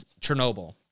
Chernobyl